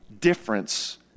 difference